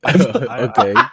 Okay